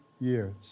years